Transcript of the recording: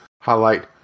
highlight